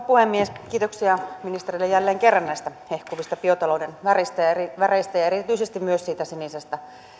puhemies kiitoksia ministerille jälleen kerran näistä hehkuvista biotalouden eri väreistä ja erityisesti myös siitä sinisestä